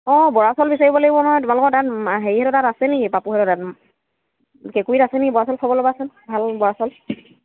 অঁ বৰা চাউল বিচাৰিব লাগিব নহয় তোমালোকৰ তাত হেৰিহঁতৰ তাত আছে নেকি পাপুহঁতৰ তাত কেঁকুৰিত আছে নেকি বৰা চাউল খবৰ ল'বাচোন ভাল বৰা চাউল